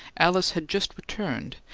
alice had just returned,